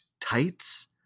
tights